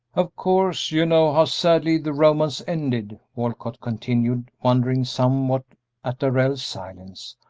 of course, you know how sadly the romance ended, walcott continued, wondering somewhat at darrell's silence.